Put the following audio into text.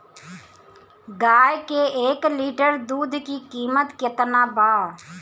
गाए के एक लीटर दूध के कीमत केतना बा?